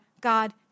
God